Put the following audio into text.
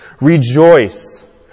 Rejoice